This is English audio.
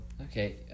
Okay